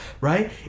Right